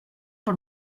por